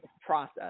process